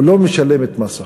ולא משלמת מס הכנסה.